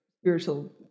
spiritual